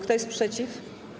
Kto jest przeciw?